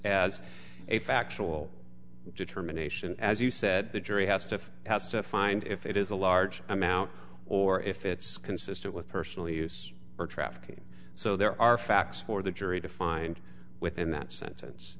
as a factual determination as you said the jury has to has to find if it is a large amount or if it's consistent with personal use or trafficking so there are facts for the jury to find within that sentence